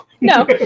No